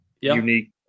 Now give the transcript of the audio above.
Unique